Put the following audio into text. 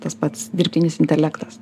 tas pats dirbtinis intelektas